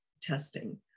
testing